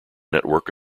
network